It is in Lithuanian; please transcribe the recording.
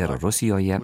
ir rusijoje